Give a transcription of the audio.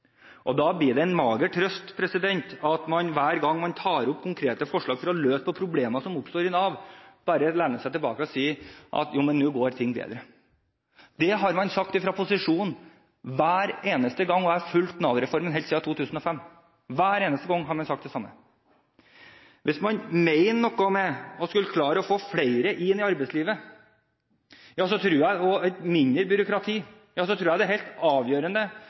bedre. Da blir det en mager trøst at man hver gang vi tar opp konkrete forslag for å løse problemer som oppstår i Nav, bare lener seg tilbake og sier at nå går ting bedre. Det har man sagt fra posisjonen hver eneste gang, og jeg har fulgt Nav-reformen helt siden 2005 – hver eneste gang har man sagt det samme. Hvis man mener noe med å skulle klare å få flere inn i arbeidslivet og mindre byråkrati, tror jeg at det er helt avgjørende